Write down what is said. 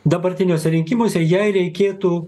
dabartiniuose rinkimuose jai reikėtų